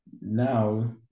Now